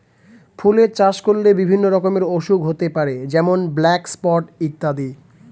ফুলের চাষ করলে বিভিন্ন রকমের অসুখ হতে পারে যেমন ব্ল্যাক স্পট ইত্যাদি